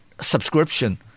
subscription